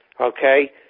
Okay